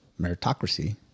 meritocracy